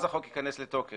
אז החוק ייכנס לתוקף